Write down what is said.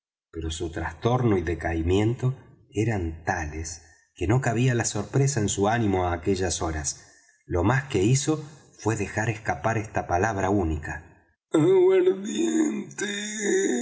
pero su trastorno y decaimiento eran tales que no cabía la sorpresa en su ánimo á aquellas horas lo más que hizo fué dejar escapar esta palabra única